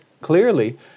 clearly